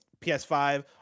ps5